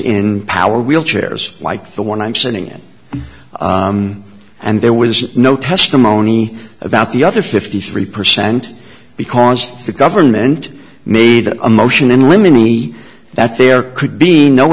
in power wheelchairs like the one i'm sitting at and there was no testimony about the other fifty three percent because the government made a motion in limine me that there could be no